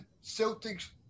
Celtic's